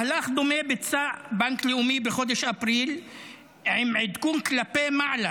מהלך דומה ביצע בנק לאומי בחודש אפריל עם עדכון כלפי מעלה